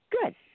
Good